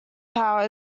power